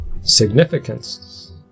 significance